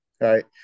right